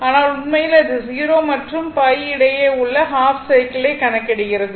ஆனால் உண்மையில் அது 0 மற்றும் π இடையே உள்ள ஹாஃப் சைக்கிளை கணக்கிடுகிறது